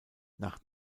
nach